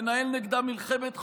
לנהל בה מלחמת חורמה.